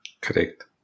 Correct